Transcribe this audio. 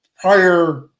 Prior